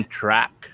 track